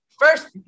first